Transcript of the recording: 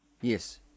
Yes